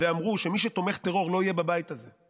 ואמרו שמי שתומך בטרור לא יהיה בבית הזה,